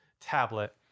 tablet